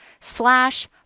slash